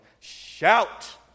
Shout